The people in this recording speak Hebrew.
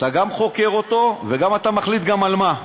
אתה גם חוקר אותו ואתה גם מחליט על מה.